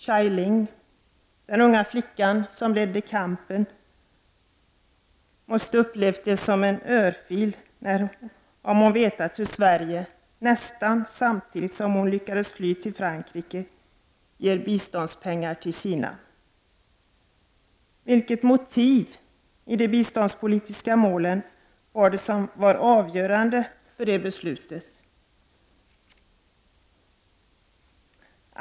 Chai Ling, den unga flickan som ledde kampen, måste ha upplevt det som en örfil om hon vetat hur Sverige — nästan samtidigt som hon lyckades fly till Frankrike — ger biståndspengar till Kina. Vilka motiv i de biståndspolitiska målen var det som var avgörande för det beslutet?